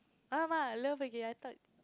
!alamak! love again I thought